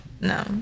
No